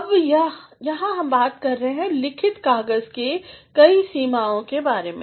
अब यहाँ हम बात कर रहे होंगे लिखित कागज़ के कई सीमाओं के बारे में